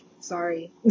sorry